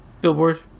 billboard